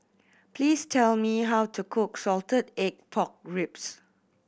please tell me how to cook salted egg pork ribs